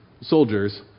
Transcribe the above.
soldiers